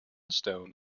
stone